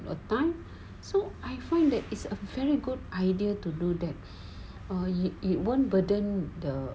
the time so I find that is a very good idea to do that or it won't burden the